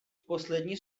poslední